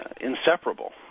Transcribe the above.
inseparable